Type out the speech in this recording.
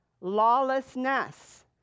Lawlessness